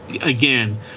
again